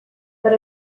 but